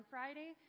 Friday